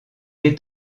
est